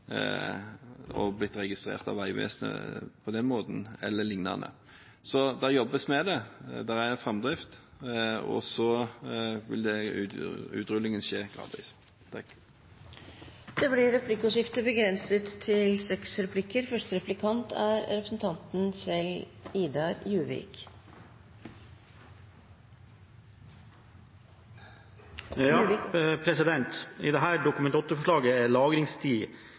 og blitt registrert av Vegvesenet på den måten, eller lignende. Så det jobbes med det. Det er framdrift, og så vil utrullingen skje gradvis. Det blir replikkordskifte. I dette Dokument 8-forslaget er lagringstid av opplysninger et viktig moment. I